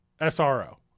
SRO